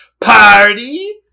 Party